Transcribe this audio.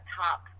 top